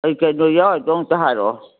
ꯀꯔꯤ ꯀꯔꯤꯅꯣ ꯌꯥꯎꯔꯤꯗꯣ ꯑꯃꯨꯛꯇ ꯍꯥꯏꯔꯛꯑꯣ